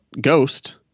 ghost